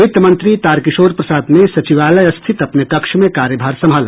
वित्त मंत्री तार किशोर प्रसाद ने सचिवालय स्थित अपने कक्ष में कार्यभार संभाला